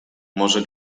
może